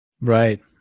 Right